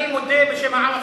אני מודה, בשם העם הפלסטיני,